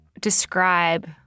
describe